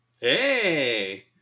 Hey